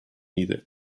either